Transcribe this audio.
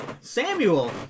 Samuel